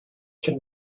can